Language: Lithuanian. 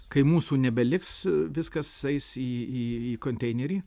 kai mūsų nebeliks viskas eis į į konteinerį